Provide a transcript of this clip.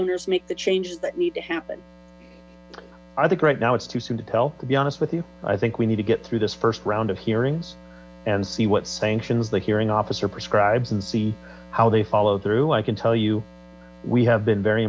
owners make the changes that need to happen i think right now it's too soon to tell to be honest with you i think we need to get through this first round of hearings and see what sanctions the hearing officer prescribes and see how they follow through i can tell you we have been very